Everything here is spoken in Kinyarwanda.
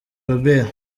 robert